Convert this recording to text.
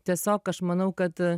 tiesiog aš manau kad